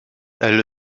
elle